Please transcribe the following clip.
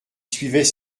suivait